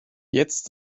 jetzt